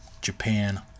Japan